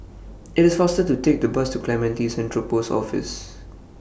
IT IS faster to Take The Bus to Clementi Central Post Office